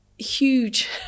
Huge